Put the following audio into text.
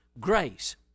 grace